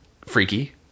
freaky